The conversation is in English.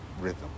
Rhythm